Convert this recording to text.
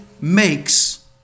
makes